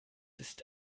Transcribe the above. ist